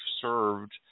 served